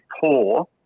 poor